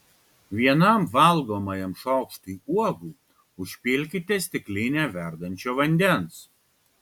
vienam valgomajam šaukštui uogų užpilkite stiklinę verdančio vandens